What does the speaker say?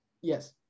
Yes